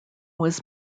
was